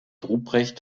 ruprecht